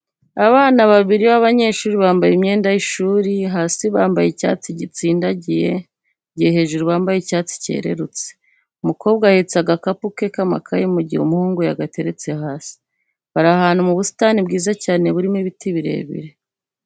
Abana babiri b'abanyeshuri bambaye imyenda y'ishuri; hasi bambaye icyatsi gitsindagiye mu gihe hejuru bambaye icyatsi cyerurutse. Umukobwa ahetse agakapu ke k'amakayi mu gihe umuhubgu yagateretse hasi. Bari ahantu mu busitani bwiza cyane burimo n'ibiti birebire.